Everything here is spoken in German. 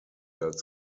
als